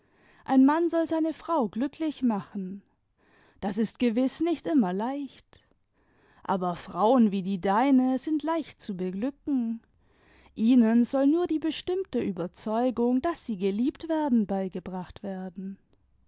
ein mann soll seine frau glücklich machen das ist gewiß nicht immer leicht aber frauen wie die deine sind leicht zu beglücken ihnen soll nur die bestimmte überzeugung daß sie geliebt werden beigebracht werden